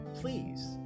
please